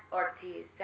Ortiz